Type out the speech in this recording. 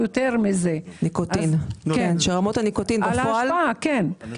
נכונות -- רמות הניקוטין בפועל יותר גבוהות.